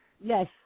Yes